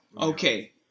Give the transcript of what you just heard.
Okay